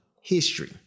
history